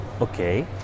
Okay